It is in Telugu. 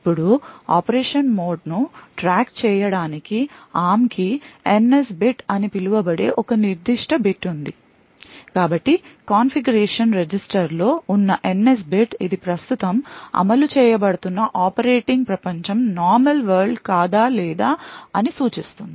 ఇప్పుడు ఆపరేషన్ మోడ్ను ట్రాక్ చేయడానికి ARM కి NS బిట్ అని పిలువబడే ఒక నిర్దిష్ట బిట్ ఉంది కాబట్టి కాన్ఫిగరేషన్ రిజిస్టర్లో ఉన్న NS బిట్ ఇది ప్రస్తుతం అమలు చేయబడుతున్న ఆపరేటింగ్ ప్రపంచం నార్మల్ వరల్డ్ కాదా లేదా అని సూచిస్తుంది